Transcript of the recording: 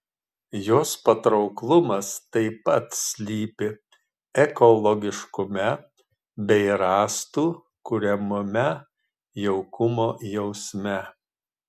jos patrauklumas taip pat slypi ekologiškume bei rąstų kuriamame jaukumo jausme